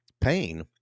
pain